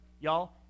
Y'all